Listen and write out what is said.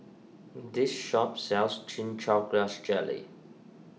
this shop sells Chin Chow Grass Jelly